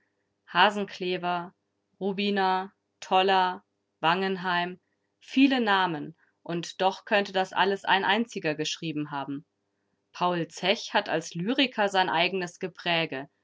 hasenclever rubiner toller wangenheim viele namen und doch könnte das alles ein einziger geschrieben haben paul zech hat als lyriker sein eigenes gepräge